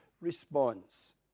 response